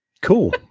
Cool